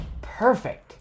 perfect